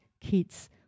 kids